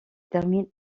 termine